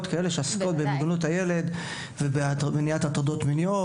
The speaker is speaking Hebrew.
שעוסקות במוגנות הילד ובמניעת הטרדות מיניות,